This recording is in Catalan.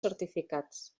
certificats